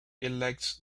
elects